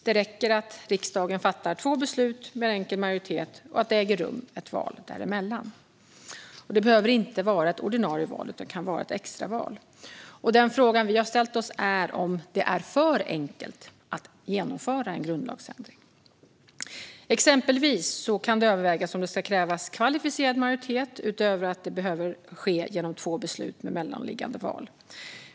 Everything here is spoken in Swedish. Det räcker att riksdagen fattar två beslut med enkel majoritet och att det äger rum ett val däremellan. Det behöver inte vara ett ordinarie val utan kan vara ett extra val. Den fråga vi har ställt oss är om det är för enkelt att genomföra en grundlagsändring. Exempelvis kan det övervägas om det ska krävas kvalificerad majoritet utöver att det behöver ske genom två beslut med mellanliggande val.